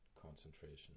concentration